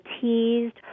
teased